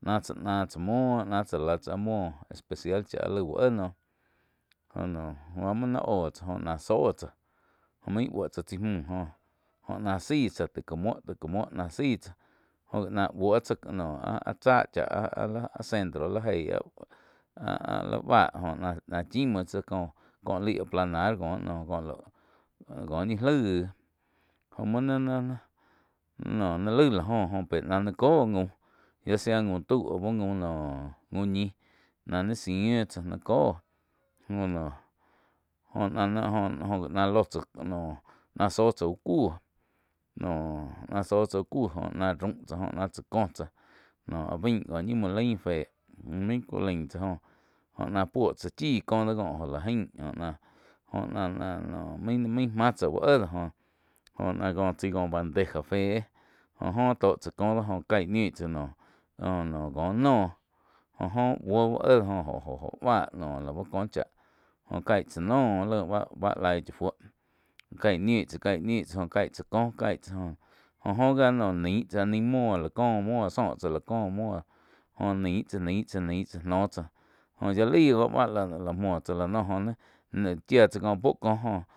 náh tsá náh tsáh muo náh tsá lah táh áh muo especial chá áh lai úh éh noh, jó noh báh muo nái óh tsáh jó náh zóhh tsáh jóh main bou tsá chái múh jo-jo náh záh sáih taig cá muo, taig ca muo na sái tsáh jóh náh buo tsáh noh áh tsáh chá ah-ah centro li eih áh-áh lí báh joh náh-áh chim ko-ko laig aplanar cóh noh ñi laig jóh muo ni laig la joh óh pé náh ni cóh jaum ya sea jaum tau aú jaum noh, jaum ñih nah naí zíih tsáh ní cóh jó noh náh jóh jóh ji náh ló tsáh noh náh zóh tsá úh kuh noh náh zóh tsá úh kú góh náh raum tsá joh náh tsá có tsá áh bain có ñi muo lain féh main cu lain tsá joh ná puo tsá chí kóh co jo la jain jo na jo na no main máh uh éh do joh náh tsai có bandeja féh jó óh tó tsá cóh do jó caih niun tsá noh cóh noh joh óh búoh úh éh jo-jo oh báh lau kóh cháh jóh caig tsá noh jó laig bá laig chá fúo. Caig niun tsáh jóh caig tsá kóh caig tsá joh. Jóh jo gia noh nain tsáh nain muó có muo zóh tsáh lá có muoh jóh nain tsáh nain tsá, nain tsá noh tsáh jóh yia lai bá-bá la muo tsáh láh no oh nih chíah tsá có puo kóh joh.